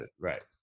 Right